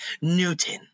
Newton